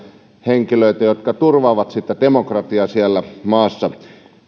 henkilöitä jotka turvaavat sitä demokratiaa siellä maassa